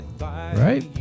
Right